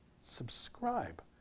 subscribe